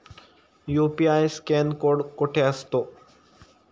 UPI scan code कुठे असतो?